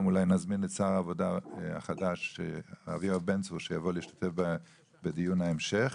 גם אולי נזמין את שר העבודה החדש יואב בן צור שיבוא להשתתף בדיון ההמשך.